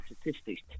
statistics